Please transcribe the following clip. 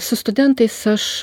su studentais aš